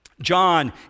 John